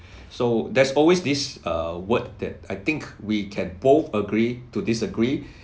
so there's always this err word that I think we can both agree to disagree